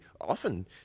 Often